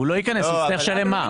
הוא לא ייכנס, הוא יצטרך לשלם מע"מ.